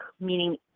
meaning